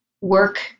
work